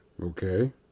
Okay